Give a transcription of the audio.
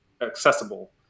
accessible